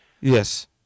Yes